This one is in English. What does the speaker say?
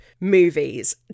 movies